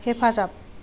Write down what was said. हेफाजाब